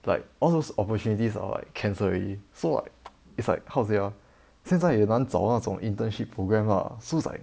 like all those opportunities are like cancelled already so like it's like how to say ah 现在也难找那种 internship programme lah so it's like